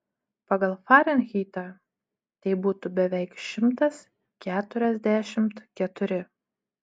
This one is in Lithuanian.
pagal farenheitą tai būtų beveik šimtas keturiasdešimt keturi